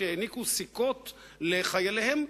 שהעניקו סיכות לחייליהם,